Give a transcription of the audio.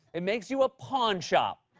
it makes you a pawn shop.